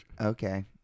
okay